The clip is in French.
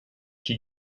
qui